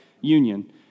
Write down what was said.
union